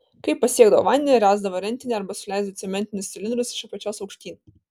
kai pasiekdavo vandenį ręsdavo rentinį arba suleisdavo cementinius cilindrus iš apačios aukštyn